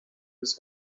his